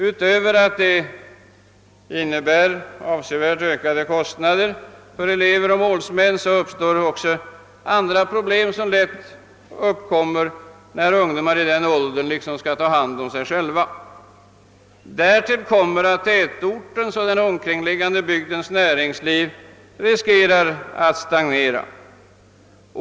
Förutom att det innebär avsevärt ökade kostnader för elever och målsmän uppstår också lätt problem när ungdomar i denna ålder skall ta hand om sig själva. Därtill kommer att tätortens och den omkringliggande bygdens näringsliv riskerar att stagnera.